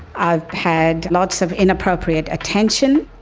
i've had lots of inappropriate attention.